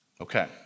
Okay